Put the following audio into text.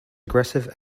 aggressive